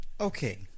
Okay